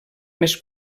més